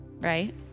right